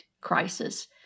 crisis